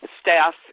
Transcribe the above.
staff